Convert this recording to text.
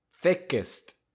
Thickest